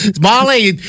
Molly